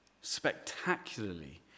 spectacularly